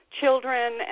children